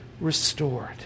restored